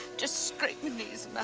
just scraped me knees